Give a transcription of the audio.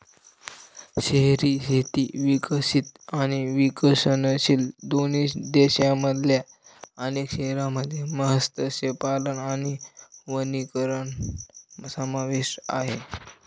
शहरी शेती विकसित आणि विकसनशील दोन्ही देशांमधल्या अनेक शहरांमध्ये मत्स्यपालन आणि वनीकरण समाविष्ट आहे